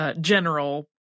general